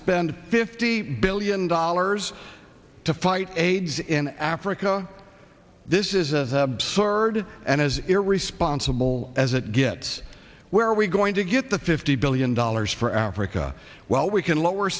spend fifty billion dollars to fight aids in africa this is a absurd and as irresponsible as it gets where are we going to get the fifty billion dollars for africa well we can lower